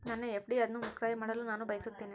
ನನ್ನ ಎಫ್.ಡಿ ಅನ್ನು ಮುಕ್ತಾಯ ಮಾಡಲು ನಾನು ಬಯಸುತ್ತೇನೆ